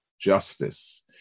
justice